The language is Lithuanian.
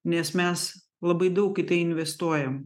nes mes labai daug į tai investuojam